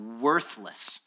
worthless